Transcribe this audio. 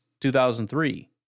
2003